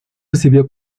recibió